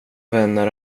vänner